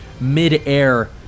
mid-air